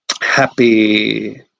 happy